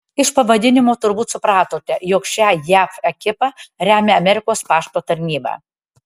iš pavadinimo turbūt supratote jog šią jav ekipą remia amerikos pašto tarnyba